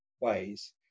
ways